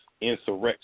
insurrection